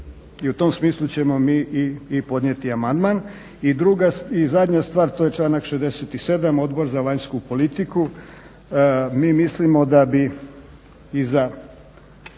I u tom smislu ćemo mi i podnijeti amandman. I zadnja stvar, to je članak 67. Odbor za vanjsku politiku, mi mislimo da bi u prvom